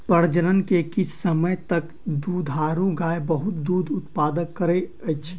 प्रजनन के किछ समय तक दुधारू गाय बहुत दूध उतपादन करैत अछि